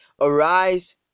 Arise